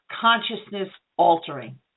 consciousness-altering